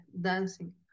dancing